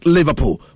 Liverpool